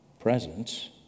presence